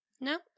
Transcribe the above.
No